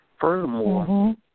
Furthermore